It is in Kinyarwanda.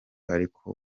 ariko